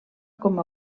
com